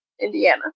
Indiana